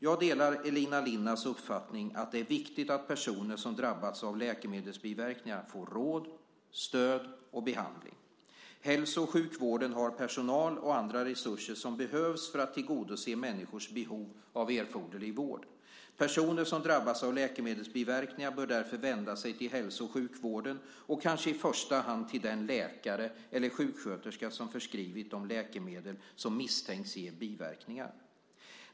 Jag delar Elina Linnas uppfattning att det är viktigt att personer som drabbats av läkemedelsbiverkningar får råd, stöd och behandling. Hälso och sjukvården har personal och andra resurser som behövs för att tillgodose människors behov av erforderlig vård. Personer som drabbats av läkemedelsbiverkningar bör därför vända sig till hälso och sjukvården och kanske i första hand till den läkare eller sjuksköterska som förskrivit de läkemedel som misstänks ge biverkningar.